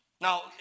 Now